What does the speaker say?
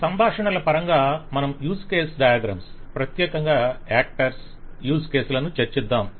ఈ సంభాషణల పరంగా మనo యూజ్ కేస్ డయాగ్రమ్స్ ప్రత్యేకంగా యాక్టర్స్ యూజ్ కేసుల ను చర్చిద్ధాం